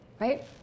Right